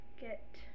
get